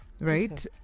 Right